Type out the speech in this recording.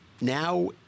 now